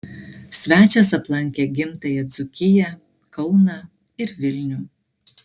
svečias aplankė gimtąją dzūkiją kauną ir vilnių